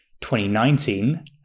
2019